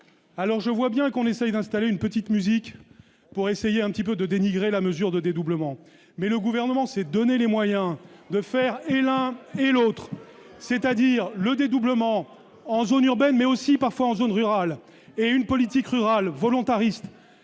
alors je vois bien qu'on essaye d'installer une petite musique pour essayer un petit peu de dénigrer la mesure de dédoublement, mais le gouvernement s'est donné les moyens de faire et l'un et l'autre, c'est-à-dire le dédoublement en zone urbaine, mais aussi parfois en zone rurale et une politique rurale volontariste